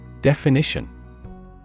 Definition